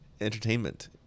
Entertainment